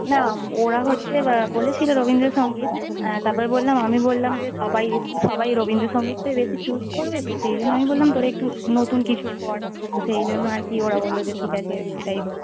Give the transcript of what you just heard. না ওরা হচ্ছে বলেছিলো রবীন্দ্র সঙ্গীত তারপরে বললাম আমি বললাম যে সবাই সবাই রবীন্দ্র সঙ্গীতটাই বেশি চুস করবে তো সেই জন্য আমি বললাম তোরা একটু নতুন কিছু কর তো সেই জন্য আর কি ওরা বললো যে ঠিক আছে এটাই হোক